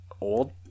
old